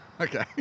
Okay